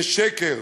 זה שקר.